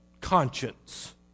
conscience